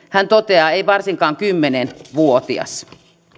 hän toteaa ei varsinkaan kymmenen vuotias